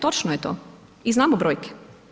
Točno je to i znamo brojke.